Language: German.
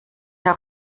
herr